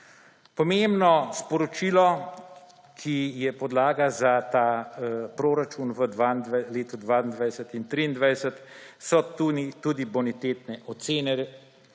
Pomembno sporočilo, ki je podlaga za ta proračun v letu 2022 in 2023, so tudi bonitetne ocene.